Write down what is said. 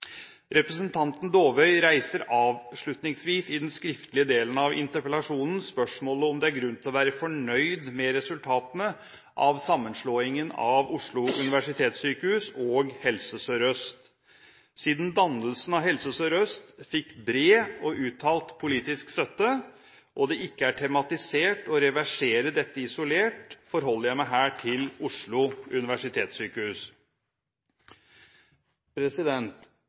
Representanten Dåvøy reiser avslutningsvis i interpellasjonsteksten spørsmål om det er grunn til å være fornøyd med resultatene av sammenslåingen av Oslo universitetssykehus og Helse Sør-Øst. Siden dannelsen av Helse Sør-Øst fikk bred og uttalt politisk støtte og det ikke er tematisert å reversere dette isolert, forholder jeg meg her til Oslo